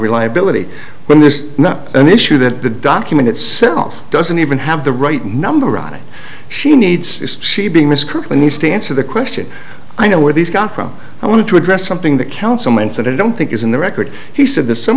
reliability when there's not an issue that the document itself doesn't even have the right number on it she needs is she being misquoted needs to answer the question i know where these come from i want to address something that councilman said i don't think is in the record he said this some